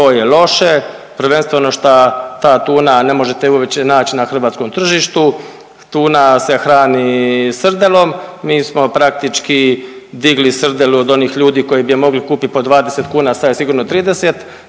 to je loše prvenstveno šta za tuna ne možete je uopće naći na hrvatskom tržištu. Tuna se hrani srdelom. Mi smo praktički digli srdelu od onih ljudi koji bi je mogli kupiti po 20 kuna, sad je sigurno 30,